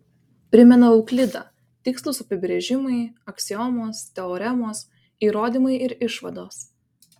primena euklidą tikslūs apibrėžimai aksiomos teoremos įrodymai ir išvados